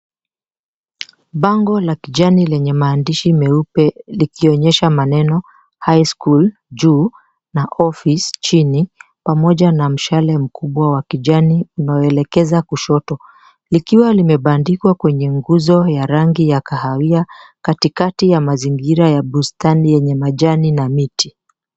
Bango la kijani lenye maandishi meupe likionyesha maneno Highschool juu na Office chini pamoja na mshale mkubwa wa kijani unanielezea kushoto likiwa limebandikwa kwenye nguzo ya rangi ya kahawia katikakati ya mazingira ya bustani yenye majani na miti.